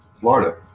Florida